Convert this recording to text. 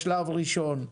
בשלב ראשון,